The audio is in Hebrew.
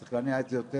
צריך להניע את זה יותר,